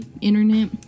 internet